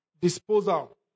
disposal